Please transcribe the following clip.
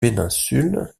péninsule